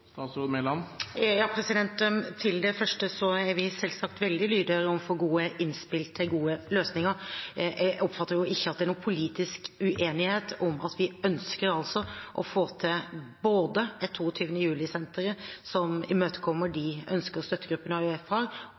Til det første: Vi er selvsagt veldig lydhøre overfor gode innspill til gode løsninger. Jeg oppfatter ikke at det er noen politisk uenighet om at vi ønsker både å få til et 22. juli-senter som imøtekommer de ønsker som støttegruppen og AUF har,